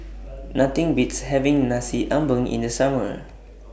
Nothing Beats having Nasi Ambeng in The Summer